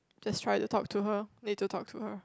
just try to talk to her need to talk to her